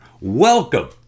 Welcome